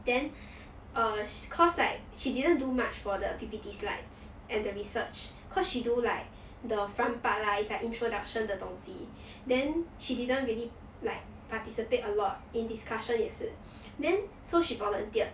then err cause like she didn't do much for the P_P_T slides and the research cause she do like the front part lah it's like introduction 的东西 then she didn't really like participate a lot in discussion 也是 then so she volunteered